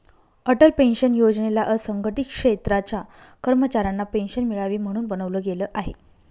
Atal pension योजनेला असंघटित क्षेत्राच्या कर्मचाऱ्यांना पेन्शन मिळावी, म्हणून बनवलं गेलं आहे